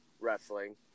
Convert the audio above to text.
wrestling